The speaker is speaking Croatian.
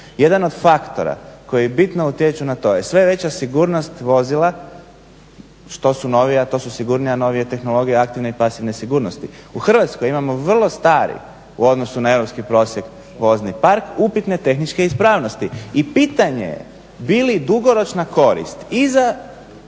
Jedan od faktora koji bitno utječu na to je sve veća sigurnost vozila, što su novija, to su sigurnija, novije tehnologije aktivne i pasivne sigurnosti. U Hrvatskoj imamo vrlo stari u odnosu na europski prosjek vozni park upitne tehničke ispravnosti i pitanje je bi li dugoročna korist i za